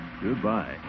Goodbye